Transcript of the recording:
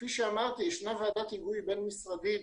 כפי שאמרתי, ישנה ועדת היגוי בין משרדית